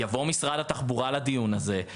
משרד התחבורה יבוא לדיון הזה.